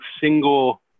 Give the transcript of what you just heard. single